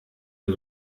mir